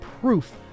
Proof